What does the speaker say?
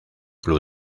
club